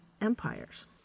empires